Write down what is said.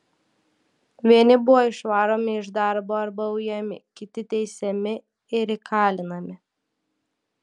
vieni buvo išvaromi iš darbo arba ujami kiti teisiami ir įkalinami